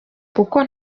kuko